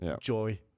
joy